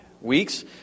weeks